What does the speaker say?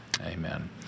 Amen